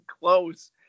close